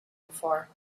before